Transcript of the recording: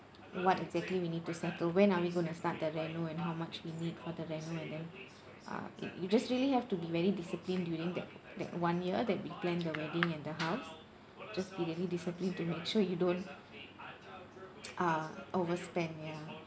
what exactly we need to settle when are we going to start the reno and how much we need for the reno and then uh i~ you just really have to be very disciplined during that that one year that we plan the wedding and the house just be very disciplined to make sure you don't uh overspend ya